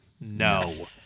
No